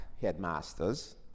headmasters